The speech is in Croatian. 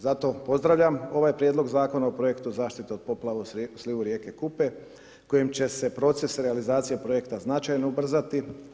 Zato pozdravljam ovaj prijedlog Zakon o projektu zaštite od poplava u slivu rijeke Kupe kojim će se proces realizacije projekta značajno ubrzati.